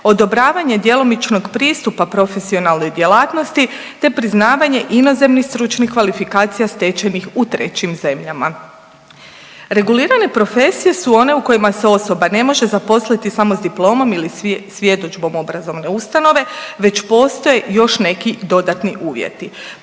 odobravanje djelomičnog pristupa profesionalnoj djelatnosti te priznavanje inozemnih stručnih kvalifikacija stečenih u trećim zemljama. Regulirane profesije su one u kojima se osoba ne može zaposliti samo sa diplomom ili svjedodžbom obrazovne ustanove već postoje još neki dodatni uvjeti.